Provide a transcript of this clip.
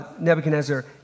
Nebuchadnezzar